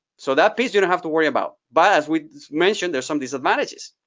so that piece you don't have to worry about. but as we mentioned, there's some disadvantages.